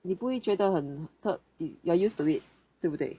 你不会觉得很 third if you are used to it 对不对